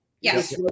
Yes